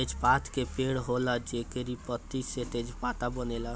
तेजपात के पेड़ होला जेकरी पतइ से तेजपात बनेला